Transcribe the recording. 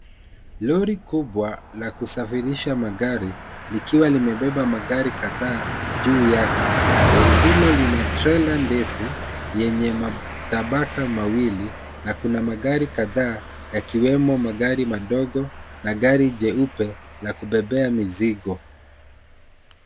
Lori kubwa la kusafirisha magari likiwa limebeba magari kadhaa juu yake ,lori hilo lina trela ndefu yenye matabaka mawili na kuna magari kadhaa yakiwemo magari madogo, na gari jeupe la kubebea mizigo.